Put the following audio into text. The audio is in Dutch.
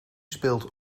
speelt